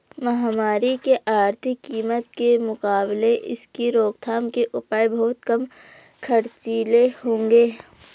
महामारी की आर्थिक कीमत के मुकाबले इसकी रोकथाम के उपाय बहुत कम खर्चीले होंगे